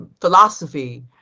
philosophy